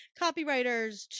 copywriters